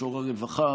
מישור הרווחה,